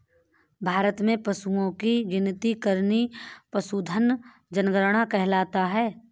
भारत में पशुओं की गिनती करना पशुधन जनगणना कहलाता है